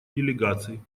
делегаций